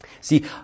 See